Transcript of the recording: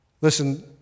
Listen